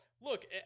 look